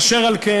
אשר על כן,